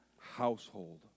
household